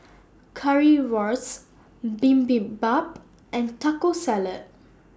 Currywurst Bibimbap and Taco Salad